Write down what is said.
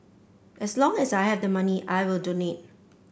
as long as I have the money I will donate